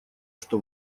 что